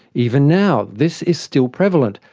even now this is still prevalent,